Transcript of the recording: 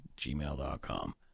gmail.com